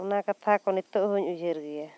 ᱚᱱᱟ ᱠᱟᱛᱷᱟ ᱠᱚ ᱱᱤᱛᱚᱜ ᱦᱚᱹᱧ ᱩᱭᱦᱟᱹᱨ ᱜᱮᱭᱟ